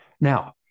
Now